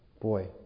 boy